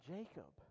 Jacob